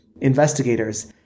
investigators